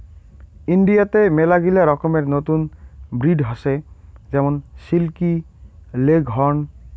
ইন্ডিয়াতে মেলাগিলা রকমের নতুন ব্রিড হসে যেমন সিল্কি, লেগহর্ন